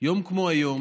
ביום כמו היום